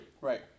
Right